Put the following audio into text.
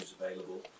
available